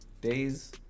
days